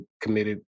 committed